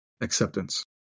acceptance